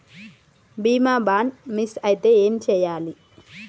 బీమా bond miss అయితే ఏం చేయాలి?